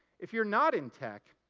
if you're not in tech,